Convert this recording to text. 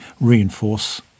reinforce